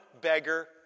beggar